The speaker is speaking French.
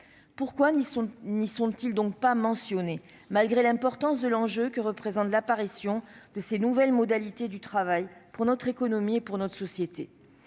Pourquoi n'y sont-ils donc pas mentionnés, malgré l'importance de l'enjeu que représente l'apparition de ces nouveaux modes de travail pour notre économie et pour notre société ?